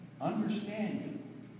understanding